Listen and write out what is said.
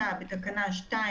עשרות בתים,